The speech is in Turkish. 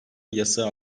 yasağa